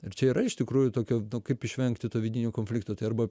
ir čia yra iš tikrųjų tokio kaip išvengti to vidinio konflikto tai arba